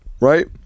right